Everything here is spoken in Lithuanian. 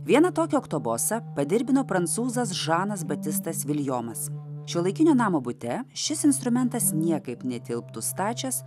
vieną tokį oktobosą padirbino prancūzas žanas batistas viljomas šiuolaikinio namo bute šis instrumentas niekaip netilptų stačias